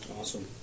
Awesome